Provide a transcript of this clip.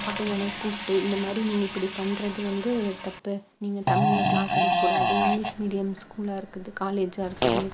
அப்போ என்னைய கூப்பிட்டு இந்த மாதிரி நீங்கள் இப்படி பண்ணுறது வந்து தப்பு நீங்கள் தமிழில் கிளாஸ் எடுக்கக் கூடாது இங்கிலீஷ் மீடியம் ஸ்கூல்லாக இருக்கிறது காலேஜாக இருக்குது